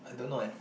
I don't know eh